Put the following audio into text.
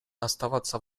оставаться